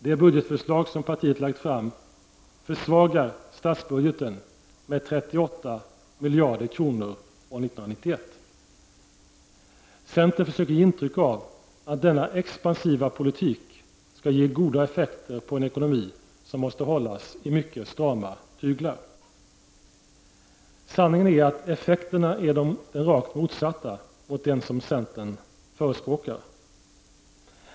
Det budgetförslag som partiet lagt fram försvagar statsbudgeten med 38 miljarder kronor år 1991. Centern försöker ge intryck av att denna expansiva politik skall ge goda effekter på en ekonomi som måste hållas i mycket strama tyglar. Sanningen är att effekterna blir de rakt motsatta mot dem som centern förespråkar.